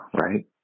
right